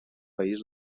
país